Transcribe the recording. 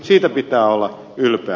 siitä pitää olla ylpeä